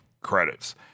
credits